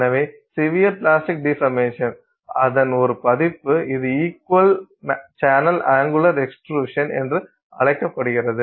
எனவே severe plastic deformation அதன் ஒரு பதிப்பு இது இக்வல் சேனல் அங்குலர் எக்ஸ்ட்ருஷன் என்று அழைக்கப்படுகிறது